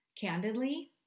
candidly